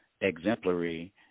exemplary